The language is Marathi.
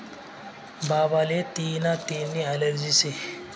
बाबाले तियीना तेलनी ॲलर्जी शे